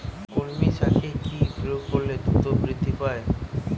কলমি শাকে কি প্রয়োগ করলে দ্রুত বৃদ্ধি পায়?